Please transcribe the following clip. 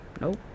Nope